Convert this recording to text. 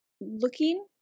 looking